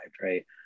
right